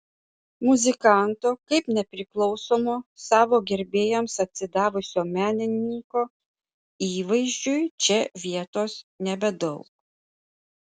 muzikanto kaip nepriklausomo savo gerbėjams atsidavusio menininko įvaizdžiui čia vietos nebedaug